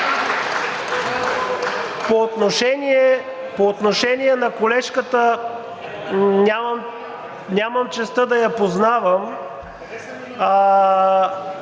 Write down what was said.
По отношение на колежката – нямам честта да я познавам,